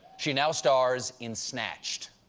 she now stars in snatched.